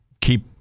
keep